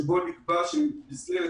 שבו נקבע שבמסגרת